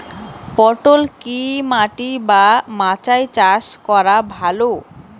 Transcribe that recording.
পটল কি মাটি বা মাচায় চাষ করা ভালো?